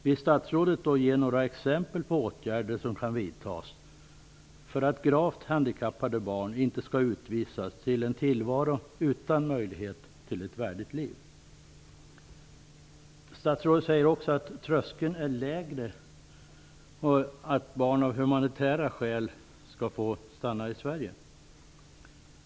Vill statsrådet då ge några exempel på åtgärder som kan vidtas för att gravt handikappade barn inte skall utvisas till en tillvaro utan möjlighet till ett värdigt liv? Statsrådet säger också att tröskeln är lägre och att barn av humanitära skäl skall få stanna i Sverige.